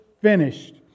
finished